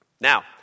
Now